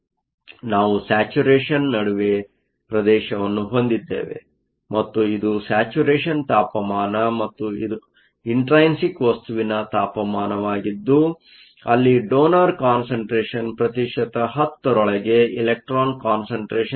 ಆದ್ದರಿಂದ ನಾವು ಸ್ಯಾಚುರೇಷನ್ ನಡುವೆ ಪ್ರದೇಶವನ್ನು ಹೊಂದಿದ್ದೇವೆ ಮತ್ತು ಇದು ಸ್ಯಾಚುರೇಷನ್ ತಾಪಮಾನ ಮತ್ತು ಇಂಟ್ರೈನ್ಸಿಕ್ ವಸ್ತುವಿನ ತಾಪಮಾನವಾಗಿದ್ದು ಅಲ್ಲಿ ಡೋನರ್ ಕಾನ್ಸಂಟ್ರೇಷನ್ ಪ್ರತಿಶತ 10 ರೊಳಗೆ ಎಲೆಕ್ಟ್ರಾನ್ ಕಾನ್ಸಂಟ್ರೇಷನ್Electron Concentration ಇರುತ್ತದೆ